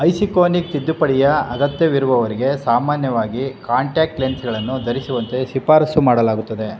ಐಸಿಕೋನಿಕ್ ತಿದ್ದುಪಡಿಯ ಅಗತ್ಯವಿರುವವರಿಗೆ ಸಾಮಾನ್ಯವಾಗಿ ಕಾಂಟ್ಯಾಕ್ಟ್ ಲೆನ್ಸ್ಗಳನ್ನು ದರಿಸುವಂತೆ ಶಿಫಾರಸ್ಸು ಮಾಡಲಾಗುತ್ತದೆ